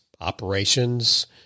operations